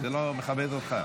זה לא מכבד אותך.